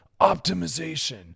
optimization